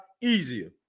easier